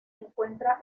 encuentra